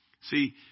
See